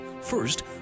first